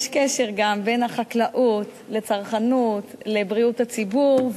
יש קשר גם בין החקלאות לבין הצרכנות לבין בריאות הציבור,